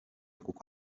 kuko